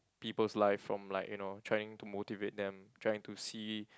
people's life from like you know trying to motivate them trying to see